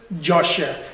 joshua